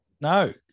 No